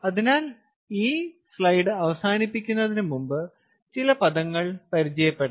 അതിനാൽ ഈ സ്ലൈഡ് അവസാനിപ്പിക്കുന്നതിനു മുൻപ് ചില പദങ്ങൾ പരിചയപ്പെടാം